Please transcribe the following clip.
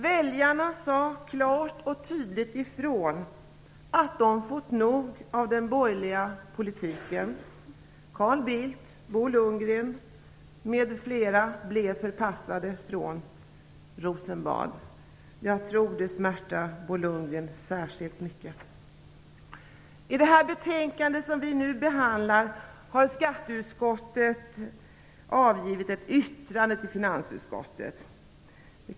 Väljarna sade klart och tydligt ifrån att de fått nog av den borgerliga politiken. Carl Bildt, Jag tror att det smärtade Bo Lundgren särskilt mycket. I det betänkande som vi nu behandlar har skatteutskottet avgivit ett yttrande till finansutskottet.